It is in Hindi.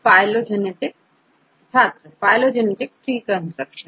छात्र फाइलोंजेनेटिक ट्री कंस्ट्रक्शन